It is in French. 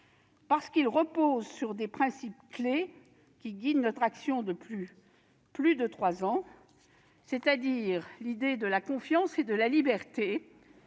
parce qu'ils reposent sur des principes clés qui guident notre action depuis plus de trois ans, c'est-à-dire la confiance et la liberté,